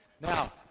Now